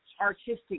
artistic